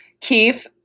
Keith